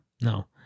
no